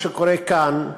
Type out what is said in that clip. מה שקורה כאן,